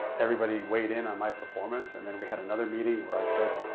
everybody weighed in on my performance. and then we had another meeting, where i said,